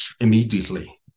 immediately